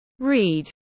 Read